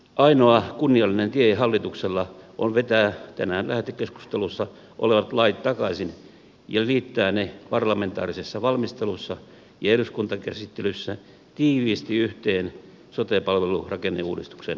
ainoa kunniallinen tie hallituksella on vetää tänään lähetekeskustelussa olevat lait takaisin ja liittää ne parlamentaarisessa valmistelussa ja eduskuntakäsittelyssä tiiviisti yhteen sote palvelurakenneuudistuksen kanssa